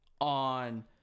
on